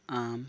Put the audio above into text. ᱟᱢ